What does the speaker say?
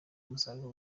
umusaruro